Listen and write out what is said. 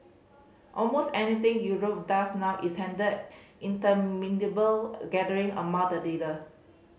almost anything Europe does now is handled in interminable gathering among the leader